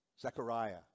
Zechariah